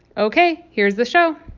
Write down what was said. ok. here's the show